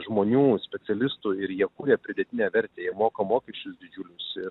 žmonių specialistų ir jie kuria pridėtinę vertę jie moka mokesčius didžiulius ir